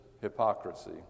hypocrisy